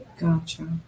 Gotcha